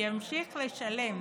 ימשיך לשלם